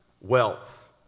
Wealth